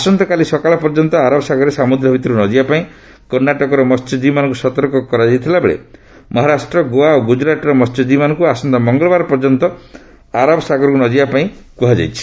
ଆସନ୍ତାକାଲି ସକାଳ ପର୍ଯ୍ୟନ୍ତ ଆରବ ସାଗରରେ ସମୁଦ୍ର ଭିତରକୁ ନ ଯିବାପାଇଁ କର୍ଷ୍ଣାଟକର ମହ୍ୟଜୀବୀମାନଙ୍କୁ ସତର୍କ କରାଯାଇଥିବାବେଳେ ମହାରାଷ୍ଟ୍ର ଗୋଆ ଓ ଗୁକ୍ତରାଟ୍ର ମହ୍ୟଜୀବୀମାନଙ୍କୁ ଆସନ୍ତା ମଙ୍ଗଳବାର ପର୍ଯ୍ୟନ୍ତ ଆରବ ସାଗରକୁ ନ ଯିବାପାଇଁ କୁହାଯାଇଛି